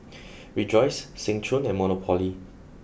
Rejoice Seng Choon and Monopoly